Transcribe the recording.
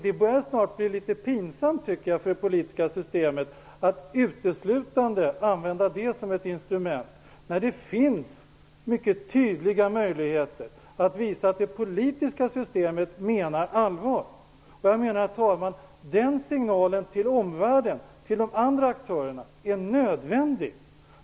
Det börjar snart bli litet pinsamt för det politiska systemet att uteslutande använda det som ett instrument, när det finns mycket tydliga möjligheter att visa att det politiska systemet menar allvar. Den signalen till omvärlden, till de andra aktörerna, är nödvändig.